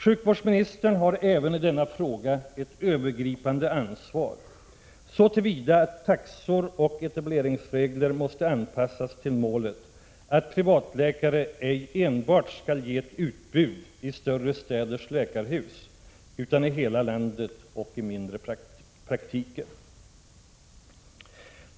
Sjukvårdsministern har även i denna fråga ett övergripande ansvar så till vida att taxor och etableringsregler måste anpassas till målet att privatläkare ej enbart skall ge ett utbud i större städers läkarhus utan i hela landet och i mindre praktiker.